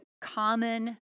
common